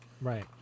right